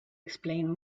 explain